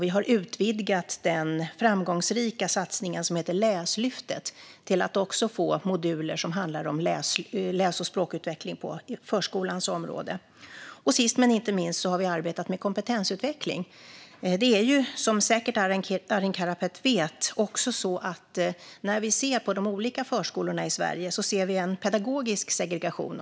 Vi har dessutom utvidgat den framgångsrika satsningen Läslyftet med moduler som handlar om läs och språkutveckling på förskolans område. Sist men inte minst har vi arbetat med kompetensutveckling. Som Arin Karapet säkert vet ser vi i de olika förskolorna i Sverige även en pedagogisk segregation.